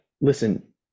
Listen